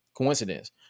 coincidence